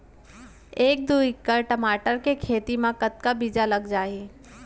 दू एकड़ टमाटर के खेती मा कतका बीजा लग जाही?